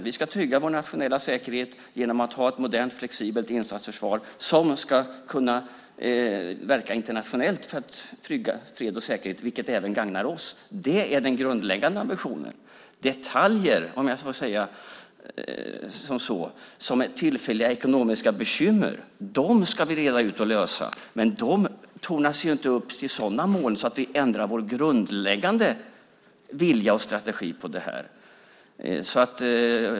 Vi ska trygga vår nationella säkerhet genom att ha ett modernt och flexibelt insatsförsvar som ska kunna verka internationellt för att trygga fred och säkerhet, vilket även gagnar oss. Det är den grundläggande ambitionen. Detaljer - om jag får säga så - som tillfälliga ekonomiska bekymmer ska vi reda ut och lösa. Men de tornar ju inte upp sig till sådana moln att vi ändrar vår grundläggande vilja och strategi.